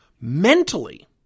mentally